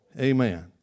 Amen